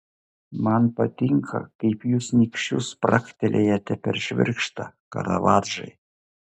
man patinka kaip jūs nykščiu spragtelėjate per švirkštą karavadžai